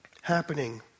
happening